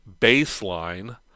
baseline